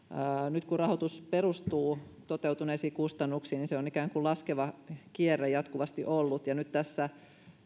nyt kun rahoitus perustuu toteutuneisiin kustannuksiin niin se on ikään kuin laskeva kierre jatkuvasti ollut ja nyt tässä